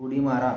उडी मारा